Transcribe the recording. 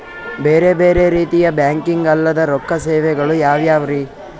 ಬೇರೆ ಬೇರೆ ರೀತಿಯ ಬ್ಯಾಂಕಿಂಗ್ ಅಲ್ಲದ ರೊಕ್ಕ ಸೇವೆಗಳು ಯಾವ್ಯಾವ್ರಿ?